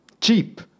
Cheap